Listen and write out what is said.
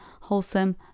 wholesome